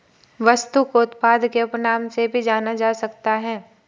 वस्तु को उत्पाद के उपनाम से भी जाना जा सकता है